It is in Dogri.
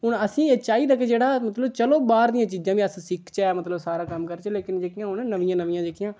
हून असेंगी एह् चाहिदा कि जेह्ड़ा मतलब चलो बाह्र दियां चीजां बी अस सिक्खचै मतलब सारा कम्म करचै लेकिन जेह्कियां हून नामियां नामियां जेह्कियां